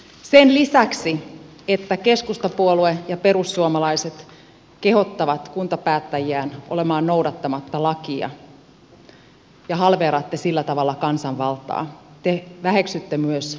sen lisäksi että keskustapuolue ja perussuomalaiset kehottavat kuntapäättäjiään olemaan noudattamatta lakia ja halveeraatte sillä tavalla kansanvaltaa te väheksytte myös kuntapäättäjiä